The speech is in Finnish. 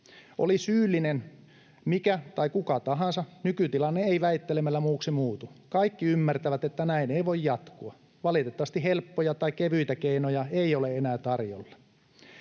Oli syyllinen mikä tai kuka tahansa, nykytilanne ei väittelemällä muuksi muutu. Kaikki ymmärtävät, että näin ei voi jatkua. Valitettavasti helppoja tai kevyitä keinoja ei ole enää tarjolla.